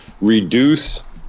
reduce